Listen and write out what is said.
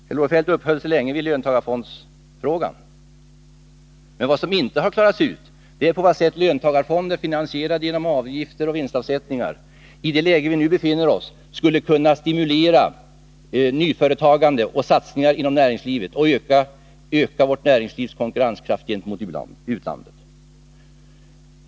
Kjell-Olof Feldt uppehöll sig länge vid löntagarfondsfrågan, men vad som inte har klarats ut är på vilket sätt löntagarfonder, finansierade genom avgifter och vinstavsättningar, i det läge där vi nu befinner oss skulle kunna stimulera nyföretagande och satsningar inom näringslivet och öka vårt näringslivs konkurrenskraft gentemot utlandet.